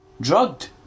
drugged